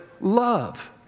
Love